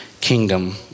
kingdom